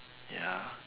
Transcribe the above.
ya